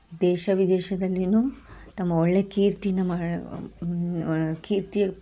ದೇಶ ವಿದೇಶದಲ್ಲಿಯೂ ತಮ್ಮ ಒಳ್ಳೆಯ ಕೀರ್ತಿನ ಮಾ ಕೀರ್ತಿ